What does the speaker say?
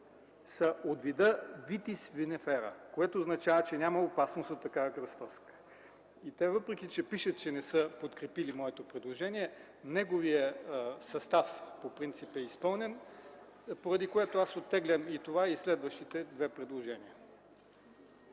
са от вида Vitis vinifera, което означава, че няма опасност от такава кръстоска. Въпреки, че пишат, че не са подкрепили моето предложение, неговият състав по принцип е изпълнен, поради което аз оттеглям това и следващите две предложения.